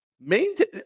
Maintain